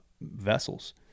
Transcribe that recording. vessels